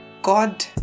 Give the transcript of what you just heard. God